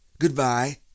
Goodbye